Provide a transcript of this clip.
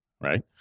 right